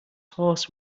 horse